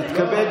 לא,